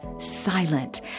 silent